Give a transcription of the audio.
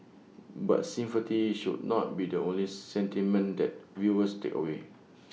but sympathy should not be the only sentiment that viewers take away